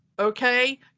okay